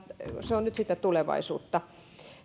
se on nyt sitä tulevaisuutta